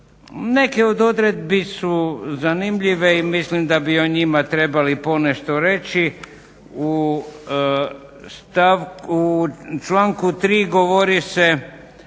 Neke od odredbi su zanimljive i mislim da bi o njima trebali ponešto reći. U članku 3. govori se